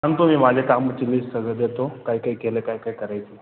सांगतो मी माझ्या कामाची लिस्ट सगळं देतो काय काय केलं आहे काय काय करायचं आहे